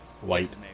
White